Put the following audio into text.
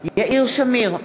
יאיר שמיר,